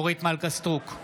אורית מלכה סטרוק,